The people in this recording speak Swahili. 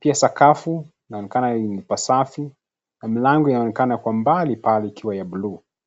pia sakafu imeoneka ni pasafi na mlango inaoenekana kwa mbali pale ikiwa ya bluu.